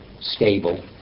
stable